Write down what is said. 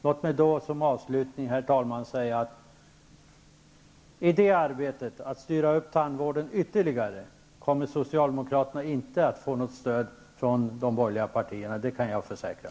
Får jag då som avslutning säga att i arbetet med att styra tandvården ytterligare kommer socialdemokraterna inte att få något stöd från de borgerliga partierna, det kan jag försäkra.